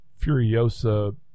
furiosa